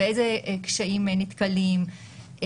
באיזה קשיים נתקלים.